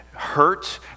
hurt